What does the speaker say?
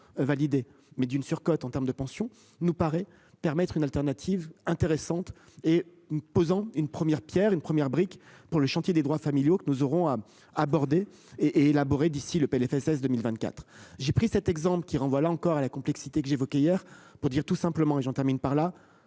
validé mais d'une surcote en terme de pensions nous paraît permettre une alternative intéressante et posant une première Pierre, une première brique pour le chantier des droits familiaux que nous aurons à aborder et élaborer d'ici le PLFSS 2024 j'ai pris cet exemple qui renvoie là encore à la complexité que j'évoquais hier pour dire tout simplement et j'en termine par là